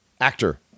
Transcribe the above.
actor